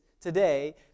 today